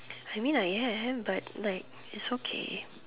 I mean I am but like it's okay